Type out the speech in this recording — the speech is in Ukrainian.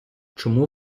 чому